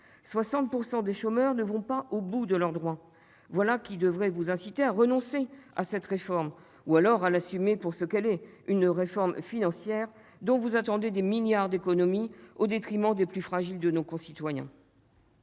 60 % des chômeurs ne vont pas au bout de leurs droits. Voilà qui devrait vous inciter à renoncer à cette réforme ou alors à l'assumer pour ce qu'elle est : une réforme financière, dont vous attendez des milliards d'économies, au détriment des plus fragiles de nos concitoyens.